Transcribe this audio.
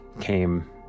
came